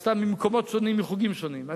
היא נעשתה ממקומות שונים ומחוגים שונים.